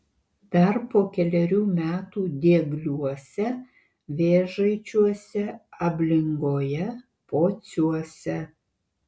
dar po kelerių metų diegliuose vėžaičiuose ablingoje pociuose